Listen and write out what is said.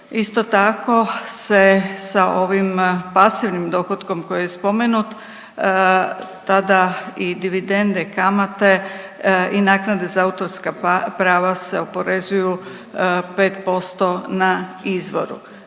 Isto tako se sa ovim pasivnim dohotkom koji je spomenut tada i dividende, kamate i naknade za autorska prava se oporezuju 5% na izvoru.